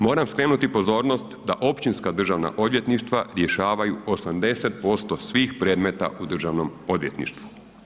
Moram skrenuti pozornost da općinska državna odvjetništva rješavaju 80% svih predmeta u državnom odvjetništvu.